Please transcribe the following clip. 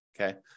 okay